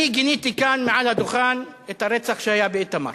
אני גיניתי כאן, מעל הדוכן, את הרצח שהיה באיתמר.